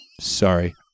sorry